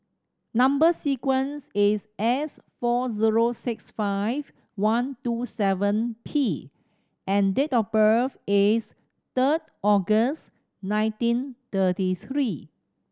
number sequence is S four zero six five one two seven P and date of birth is third August nineteen thirty three